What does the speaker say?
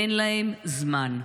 אין להם זמן.